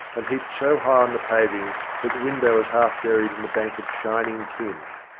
and heaped so high on the paving that the window was half buried in a bank of shin ing tin.